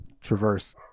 Traverse